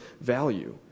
value